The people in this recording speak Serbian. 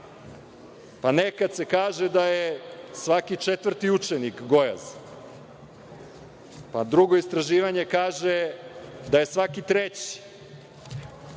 pa nekad se kaže da je svaki četvrti učenik gojazan. Drugo istraživanje kaže da je svaki treći